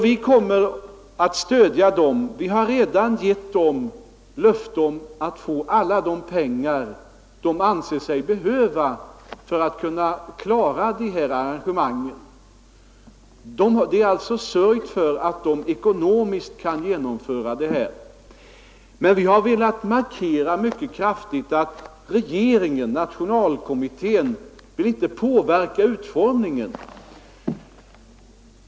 Vi kommer att stödja dem och har redan givit dem löfte att få alla de pengar de anser sig behöva för att kunna klara arrangemangen. Det har sörjts för att de ekonomiskt kan genomföra sina konferenser. Men vi har mycket kraftigt velat markera, att regeringen och Nationalkommittén inte vill påverka utformningen.